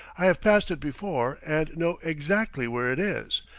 i have passed it before, and know exactly where it is,